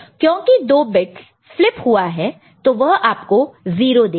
क्योंकि2 bits flip हुआ है तो वह आपको 0 देगा